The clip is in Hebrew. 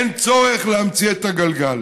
אין צורך להמציא את הגלגל.